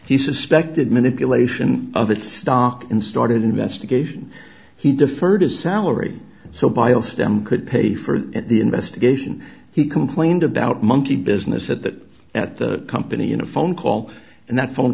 he suspected manipulation of its stock in started investigation he deferred salary so by all stem could pay for the investigation he complained about monkey business at that at the company in a phone call and that phone